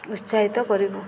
ଉତ୍ସାହିତ କରିବୁ